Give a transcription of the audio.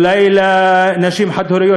אולי לנשים חד-הוריות,